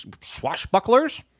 swashbucklers